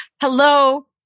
Hello